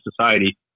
society